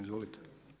Izvolite.